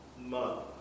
mother